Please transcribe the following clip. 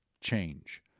change